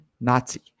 Nazi